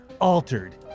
altered